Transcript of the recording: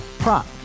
Prop